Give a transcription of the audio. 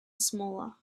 smaller